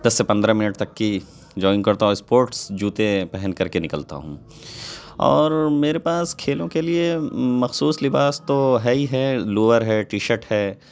دس سے پندرہ منٹ تک کی جوگنگ کرتا ہوں اسپوٹس جوتے پہن کر کے نکلتا ہوں اور میرے پاس کھیلوں کے لیے مخصوص لباس تو ہے ہی ہے لور ہے ٹی شرٹ ہے